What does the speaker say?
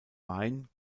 wein